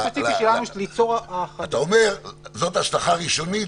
אתה אומר שזאת ההשלכה הראשונית,